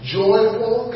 joyful